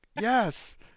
yes